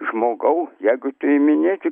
žmogau jeigu priiminėsi